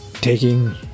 taking